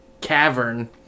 Cavern